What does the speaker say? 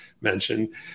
mention